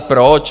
Proč?